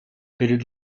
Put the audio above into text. пред